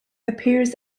appears